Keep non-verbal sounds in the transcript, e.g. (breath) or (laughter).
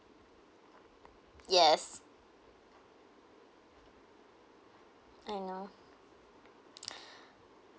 yes I know (breath)